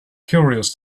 curious